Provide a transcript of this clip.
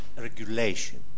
regulation